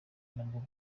nabwo